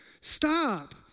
Stop